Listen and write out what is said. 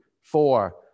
four